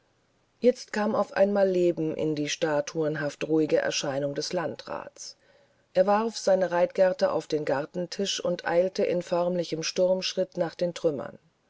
jetzt kam auf einmal leben in die statuenhaft ruhige erscheinung des landrats er warf seine reitgerte auf den gartentisch und eilte in förmlichem sturmschritt nach den trümmern